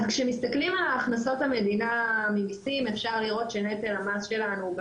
אז כשמסתכלים על הכנסות המדינה ממסים אפשר לראות שנטל המס שלנו,